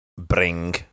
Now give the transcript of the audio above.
Bring